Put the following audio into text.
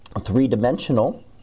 three-dimensional